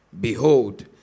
behold